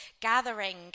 gathering